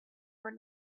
were